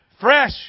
fresh